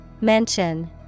Mention